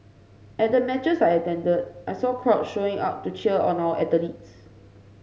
at the matches I attended I saw crowds showing up to cheer on our athletes